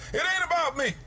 it ain't about me,